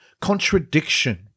contradiction